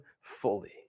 fully